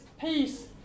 peace